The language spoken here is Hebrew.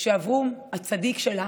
שאברום הצדיק שלה